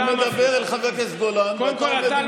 הוא מדבר אל חבר הכנסת גולן ואתה עומד